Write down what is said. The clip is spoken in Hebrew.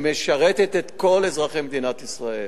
שמשרתת את כל אזרחי מדינת ישראל.